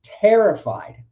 terrified